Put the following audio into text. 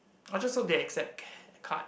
I just hope they accept cash card